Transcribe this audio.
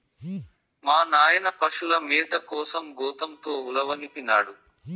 మా నాయన పశుల మేత కోసం గోతంతో ఉలవనిపినాడు